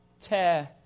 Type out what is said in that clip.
tear